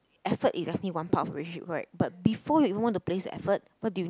effort is definitely one part of the relationship correct but before you even want to place the effort what do you need